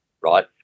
right